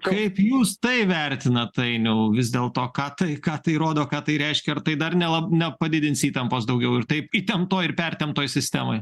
kaip jūs tai vertinat ainiau vis dėl to ką tai ką tai rodo ką tai reiškia ar tai dar ne nepadidins įtampos daugiau ir taip įtemptoj ir pertemptoj sistemoj